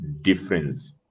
difference